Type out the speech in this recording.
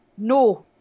No